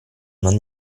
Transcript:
non